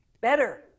Better